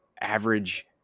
average